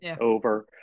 over